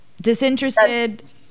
disinterested